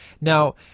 Now